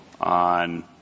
on